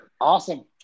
awesome